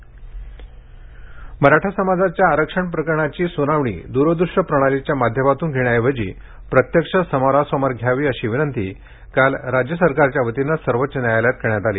मराठा आरक्षण मराठा समाजाच्या आरक्षण प्रकरणाची सुनावणी द्रहृश्य प्रणालीच्या माध्यमातून घेण्याऐवजी प्रत्यक्ष समोरासमोर घ्यावी अशी विनंती काल महाराष्ट्र सरकारच्या वतीनं सर्वोच्च न्यायालयाला करण्यात आली